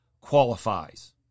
qualifies